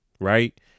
right